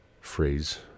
phrase